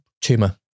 tumor